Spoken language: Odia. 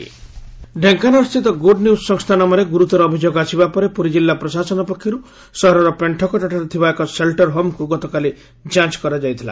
ସେଲଟର ହୋମ୍ ବନ୍ଦ ଢେଙ୍କାନାଳସ୍ଷ୍ତିତ ଗୁଡ ନ୍ୟୁଜ ସଂସ୍ଥା ନାମରେ ଗୁରୁତର ଅଭିଯୋଗ ଆସିବା ପରେ ପୁରୀଜିଲ୍ଲା ପ୍ରଶାସନ ପକ୍ଷରୁ ସହରର ପେଣୁକଟା ଠାରେ ଥିବା ଏକ ସେଲଟର ହୋମକ୍ ଗତକାଲି ଯାଞ କରାଯାଇଥିଲା